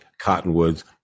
Cottonwoods